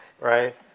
right